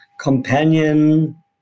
companion